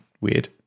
weird